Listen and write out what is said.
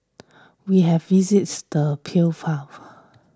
we have visited